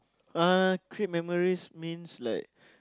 uh create memories means like